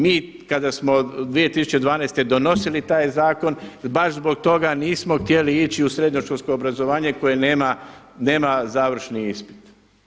Mi kada smo 2012. donosili taj zakon baš zbog toga nismo htjeli ići u srednjoškolsko obrazovanje koje nema završni ispit.